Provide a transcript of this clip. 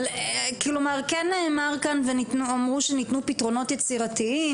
אבל כן נאמר כאן ואמרו שניתנו פתרונות יצירתיים